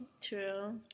True